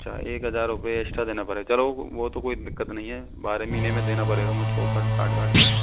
अच्छा एक हज़ार रुपये एक्शट्रा देना पड़ेगा चलो वो तो कोई दिक्कत नहीं है बारह महीने में देना पड़ेगा मुझको कट काट काट के